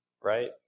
right